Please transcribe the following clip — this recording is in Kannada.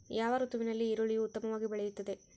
ಯಾವ ಋತುವಿನಲ್ಲಿ ಈರುಳ್ಳಿಯು ಉತ್ತಮವಾಗಿ ಬೆಳೆಯುತ್ತದೆ?